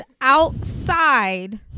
outside